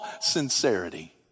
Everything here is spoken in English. sincerity